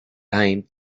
time